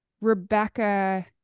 Rebecca